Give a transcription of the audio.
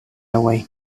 away